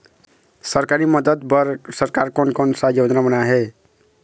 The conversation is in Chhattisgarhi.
सरकारी मदद बर सरकार कोन कौन सा योजना बनाए हे?